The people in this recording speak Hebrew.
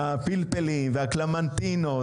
הפלפלים והקלמנטינות.